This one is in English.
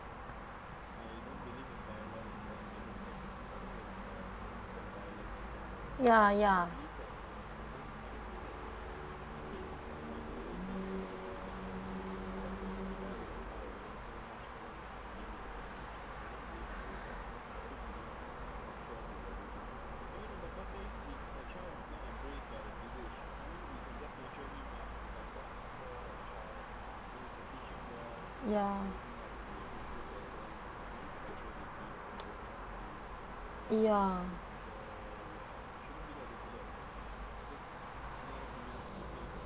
ya ya ya ya